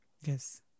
Yes